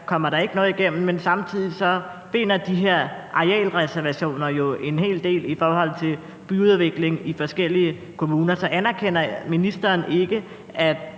kommer noget igennem. Samtidig binder de her arealreservationer en hel del i forhold til byudvikling i forskellige kommuner, så anerkender ministeren ikke, at